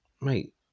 Mate